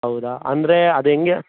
ಹೌದ ಅಂದರೆ ಅದೆಂಗೆ